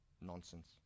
Nonsense